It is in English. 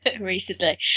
Recently